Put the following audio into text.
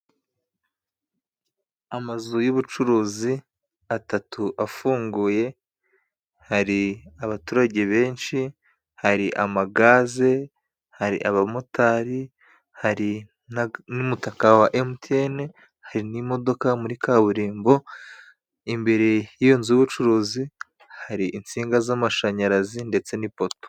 Amazu y'ubucuruzi atatu afunguye. Hari abaturage benshi, hari amagaze, hari abamotari, hari n'aga n'umutaka wa emutiyeni, hari n'imodoka muri kaburimbo. Imbere y'iyo nzu y'ubucuruzi hari insinga z'amashanyarazi ndetse n'ipoto.